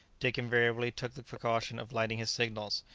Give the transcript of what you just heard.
dick invariably took the precaution of lighting his signals,